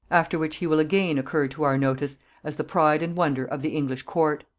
after which he will again occur to our notice as the pride and wonder of the english court.